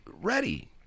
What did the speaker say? ready